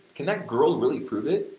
can that girl really prove it?